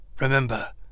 Remember